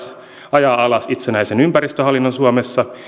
ajaa alas itsenäisen ympäristöhallinnon suomessa